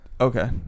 Okay